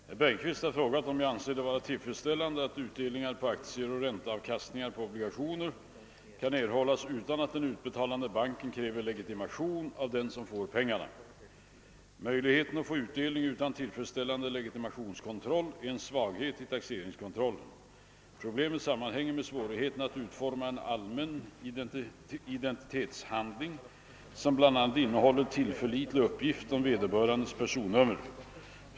Herr talman! Herr Bergqvist har frågat om jag anser det vara tillfredsställande att utdelningar på aktier och ränteavkastningar på obligationer kan erhållas utan att den utbetalande banken kräver legitimation av den som får pengarna. Möjligheten att få utdelning utan tillfredsställande legitimationskontroll är en svaghet i taxeringskontrollen. Problemet sammanhänger med svårigheterna att utforma en allmän identitetshandling, som bl.a. innehåller tillförlitlig uppgift om vederbörandes personnummer.